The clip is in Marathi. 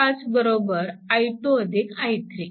5 i2 I3